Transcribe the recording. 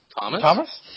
Thomas